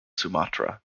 sumatra